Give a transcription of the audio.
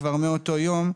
כבר מאותו יום,